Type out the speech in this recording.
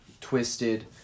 twisted